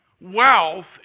wealth